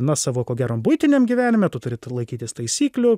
na savo ko gero buitiniam gyvenime tu turi laikytis taisyklių